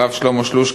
הרב שלמה שלוש,